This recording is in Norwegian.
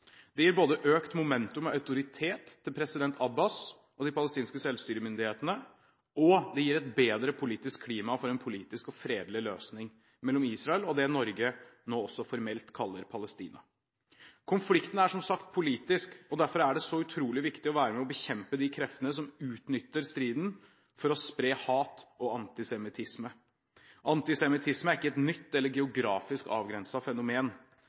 Det gir både økt momentum og autoritet til president Abbas og de palestinske selvstyremyndighetene, og det gir et bedre klima for en politisk og fredelig løsning mellom Israel og det Norge nå også formelt kaller Palestina. Konflikten er som sagt politisk, derfor er det så utrolig viktig å være med og bekjempe de kreftene som utnytter striden til å spre hat og antisemittisme. Antisemittisme er ikke et nytt eller geografisk avgrenset fenomen.